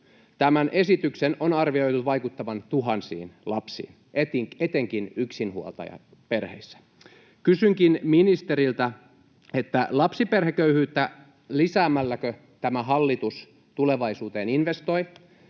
Tämän esityksen on arvioitu vaikuttavan tuhansiin lapsiin, etenkin yksinhuoltajaperheissä. Kysynkin ministeriltä: Lapsiperheköyhyyttä lisäämälläkö tämä hallitus tulevaisuuteen investoi?